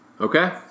Okay